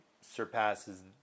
surpasses